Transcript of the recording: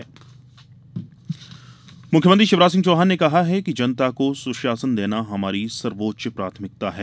CM समीक्षा मुख्यमंत्री शिवराज सिंह चौहान ने कहा है कि जनता को सुशासन देना हमारी सर्वोच्च प्राथमिकता है